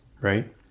right